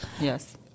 Yes